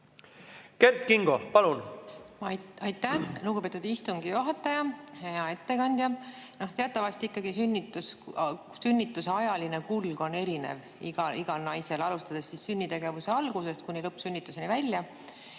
Kert Kingo, palun!